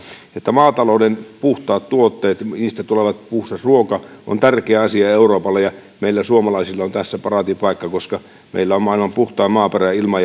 maatalouden puhtaista tuotteista tuleva puhdas ruoka on tärkeä asia euroopalle ja meillä suomalaisilla on tässä paraatipaikka koska meillä on maailman puhtain maaperä ilma